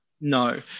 no